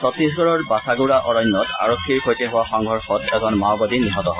ছত্তীশগড়ৰ বাছাগুড়া অৰণ্যত আৰক্ষীৰ সৈতে হোৱা সংঘৰ্ষত এজন মাওবাদী নিহত হয়